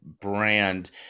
brand